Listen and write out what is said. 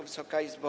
Wysoka Izbo!